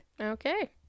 Okay